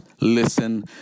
listen